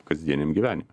kasdieniam gyvenimui